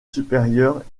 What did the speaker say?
supérieures